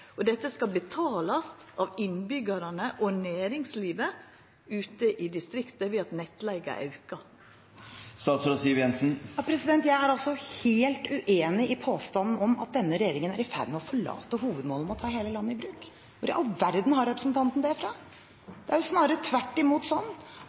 og at dette skal betalast av innbyggjarane og næringslivet ute i distrikta ved at nettleiga aukar? Jeg er helt uenig i påstanden om at denne regjeringen er i ferd med å forlate hovedmålet om å ta hele landet i bruk. Hvor i all verden har representanten det